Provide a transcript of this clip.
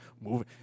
moving